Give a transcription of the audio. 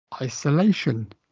isolation